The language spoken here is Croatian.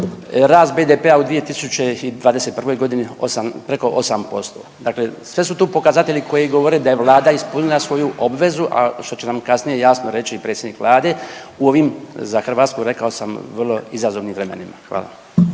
rast BDP-a u 2021.g. preko 8%, dakle sve su to pokazatelji koji govore da je vlada ispunila svoju obvezu, a što će nam kasnije jasno reći i predsjednik vlade u ovim za Hrvatsku rekao sam vrlo izazovnim vremenima. Hvala.